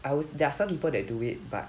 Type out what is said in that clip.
I was there are some people that do it but